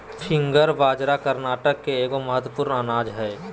finger बाजरा कर्नाटक के एगो महत्वपूर्ण अनाज हइ